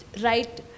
right